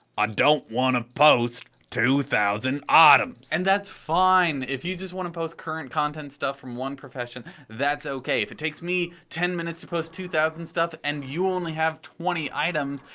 i don't wanna post two thousand items. and that's fine. if you just wanna post current content stuff from one profession, that's ok. if it takes me ten minutes to post two thousand things and you only have twenty items,